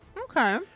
Okay